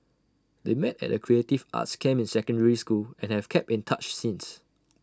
they met at A creative arts camp in secondary school and have kept in touch since